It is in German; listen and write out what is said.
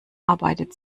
arbeitet